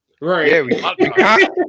Right